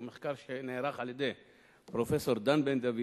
מחקר שנערך על-ידי פרופסור דן בן-דוד